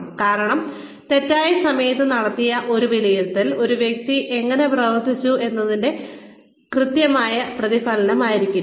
കാരണം തെറ്റായ സമയത്ത് നടത്തിയ ഒരു വിലയിരുത്തൽ ഒരു വ്യക്തി എങ്ങനെ പ്രവർത്തിച്ചു എന്നതിന്റെ കൃത്യമായ പ്രതിഫലനമായിരിക്കില്ല